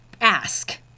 ask